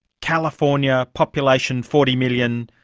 california, population forty million,